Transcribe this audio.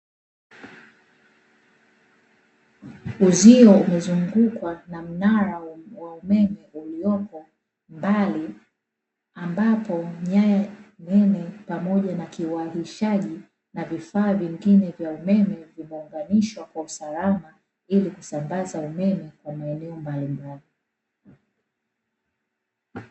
Uzio umezungukwa na mnara wa umeme uliopo mbali, ambapo nyaya nene pamoja na kiwakishaji na vifaa vingine vya umeme vimeunganishwa kwa usalama hili kusambaza umeme kwa maeneo mbalimbali.